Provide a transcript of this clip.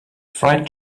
fried